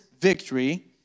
victory